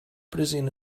present